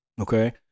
Okay